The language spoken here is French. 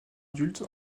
adulte